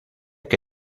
que